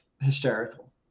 hysterical